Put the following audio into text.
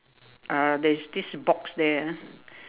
uh there is this box there ah